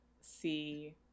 see